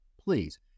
Please